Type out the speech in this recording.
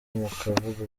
mukavuga